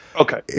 Okay